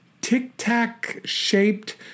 tic-tac-shaped